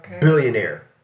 Billionaire